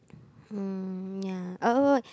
um ya uh oh